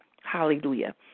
Hallelujah